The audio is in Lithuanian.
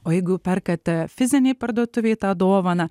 o jeigu perkate fizinėj parduotuvėj tą dovaną